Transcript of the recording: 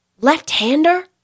Left-hander